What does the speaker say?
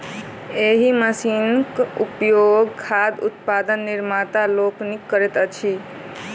एहि मशीनक उपयोग खाद्य उत्पादक निर्माता लोकनि करैत छथि